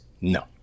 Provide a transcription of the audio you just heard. No